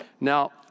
Now